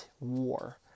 war